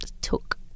took